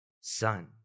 son